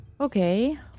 Okay